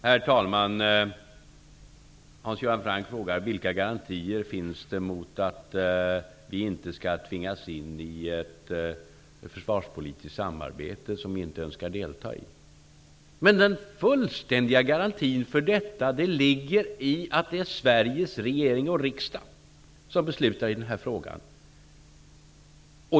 Herr talman! Hans Göran Franck frågar vilka garantier det finns för att vi inte skall tvingas in i ett försvarspolitiskt samarbete som vi inte önskar delta i. Men den fullständiga garantin för detta ligger ju i att det är Sveriges regering och riksdag som beslutar i denna fråga.